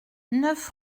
neuf